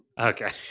Okay